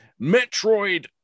metroid